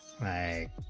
my